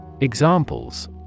Examples